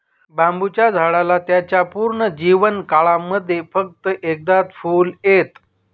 बांबुच्या झाडाला त्याच्या पूर्ण जीवन काळामध्ये फक्त एकदाच फुल येत